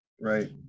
Right